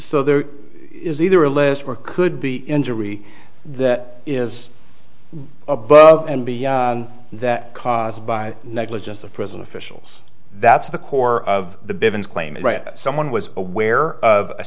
so there is either a list or could be injury that is above and beyond that caused by negligence of prison officials that's the core of the bivins claim that someone was aware of a